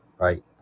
Right